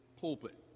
pulpit